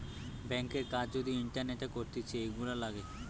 ব্যাংকের কাজ যদি ইন্টারনেটে করতিছে, এগুলা লাগে